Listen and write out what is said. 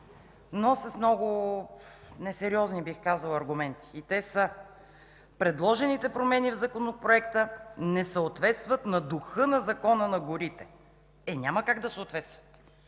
но с много несериозни, бих казала, аргументи. Те са: „Предложените промени в Законопроекта не съответстват на духа на Закона за горите”. Няма как да съответстват!